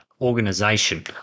organization